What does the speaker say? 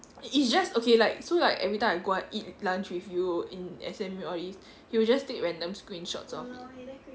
it's just okay like so like everytime I go and eat lunch with you in S_M_U all these he will just take random screenshots of it